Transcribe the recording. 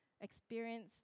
experience